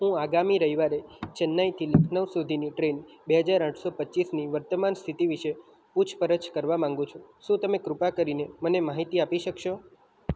હું આગામી રવિવારે ચેન્નાઈ થી લખનઉ સુધીની ટ્રેન બેહજાર આઠસો પચીસની વર્તમાન સ્થિતિ વિશે પૂછપરછ કરવા માંગુ છું શું તમે કૃપા કરીને મને માહિતી આપી શકશો